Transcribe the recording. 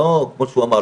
כפי שהוא אמר,